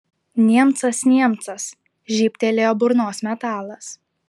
niemcas niemcas žybtelėjo burnos metalas